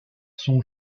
son